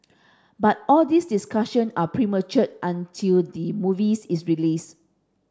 but all these discussion are premature until the movie is released